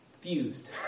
fused